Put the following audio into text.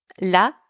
La